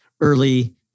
early